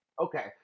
okay